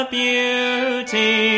beauty